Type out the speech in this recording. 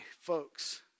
folks